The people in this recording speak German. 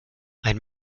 ein